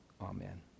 Amen